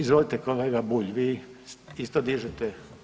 Izvolite kolega Bulj, vi isto dižete